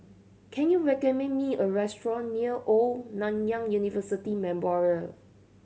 can you recommend me a restaurant near Old Nanyang University Memorial